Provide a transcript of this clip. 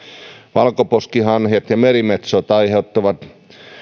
valkoposkihanhet ja merimetsot aiheuttavat